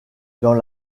dans